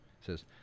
says